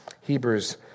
Hebrews